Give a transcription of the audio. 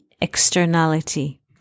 externality